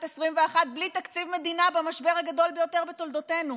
2021 בלי תקציב מדינה במשבר הגדול ביותר בתולדותינו.